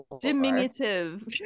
diminutive